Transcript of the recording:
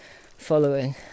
following